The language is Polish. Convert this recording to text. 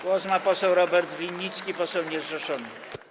Głos ma poseł Robert Winnicki, poseł niezrzeszony.